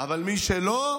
אבל מי שלא,